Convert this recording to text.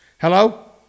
Hello